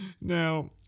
now